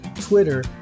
Twitter